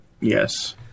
Yes